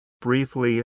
briefly